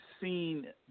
seen